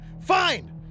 Fine